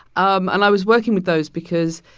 um and i was working with those because